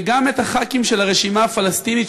גם את הח"כים של הרשימה הפלסטינית,